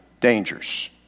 dangers